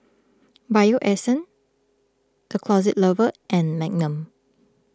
Bio Essence the Closet Lover and Magnum